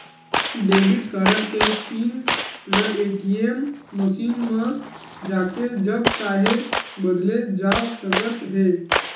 debit card के PIN ल ATM machine म जाके जब चाहे बदले जा सकत हे